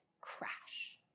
crash